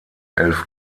elf